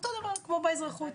אותו הדבר כמו באזרחות.